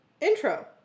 Intro